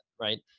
right